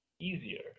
easier